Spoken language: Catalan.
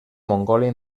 mongòlia